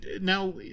Now